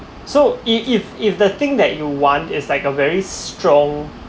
so if if the thing that you want is like a very strong